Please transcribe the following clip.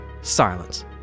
Silence